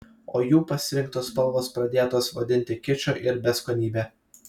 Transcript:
o jų pasirinktos spalvos pradėtos vadinti kiču ir beskonybe